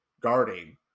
guarding